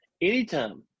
Anytime